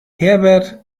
herbert